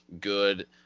good